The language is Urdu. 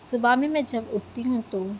صبح میں میں جب اٹھتی ہوں تو